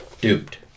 duped